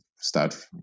start